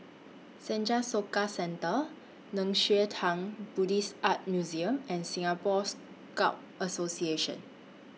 Senja Soka Centre Nei Xue Tang Buddhist Art Museum and Singapore Scout Association